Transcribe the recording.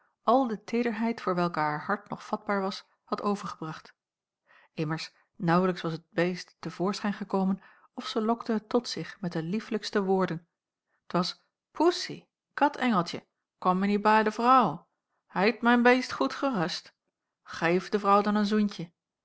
al de teederheid voor welke haar hart nog vatbaar was had overgebracht immers naauwlijks was het beest te voorschijn gekomen of zij lokte het tot zich met de liefelijkste woorden t was poessie kat engeltje kom je niet bai de vrouw hait m'n beist goed gerust geif de vrouw dan n zoentje